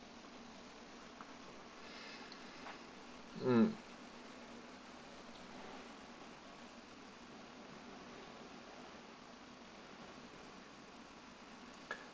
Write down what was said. um